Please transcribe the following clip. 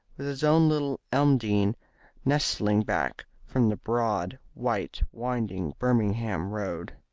with his own little elmdene nestling back from the broad, white winding birmingham road.